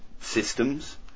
systems